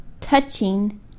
touching